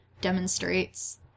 demonstrates